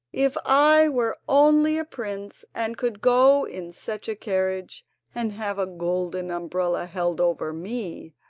if i were only a prince, and could go in such a carriage and have a golden umbrella held over me,